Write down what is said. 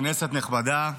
כנסת נכבדה,